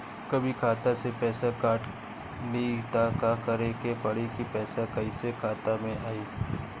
कभी खाता से पैसा काट लि त का करे के पड़ी कि पैसा कईसे खाता मे आई?